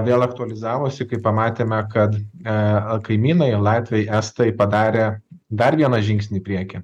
vėl aktualizavosi kai pamatėme kad ar kaimynai latviai estai padarė dar vieną žingsnį į priekį